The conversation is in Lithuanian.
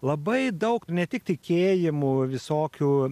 labai daug ne tik tikėjimų visokių